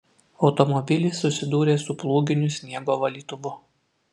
automobilis susidūrė su plūginiu sniego valytuvu